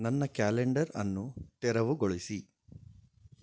ನನ್ನ ಕ್ಯಾಲೆಂಡರನ್ನು ತೆರವುಗೊಳಿಸಿ